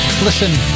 listen